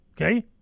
Okay